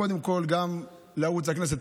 קודם כול, גם לערוץ הכנסת.